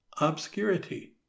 obscurity